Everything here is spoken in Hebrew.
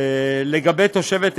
לגבי תושבת אזור,